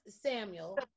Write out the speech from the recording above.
Samuel